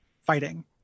fighting